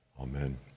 amen